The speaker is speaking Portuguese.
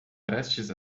prestes